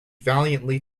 valiantly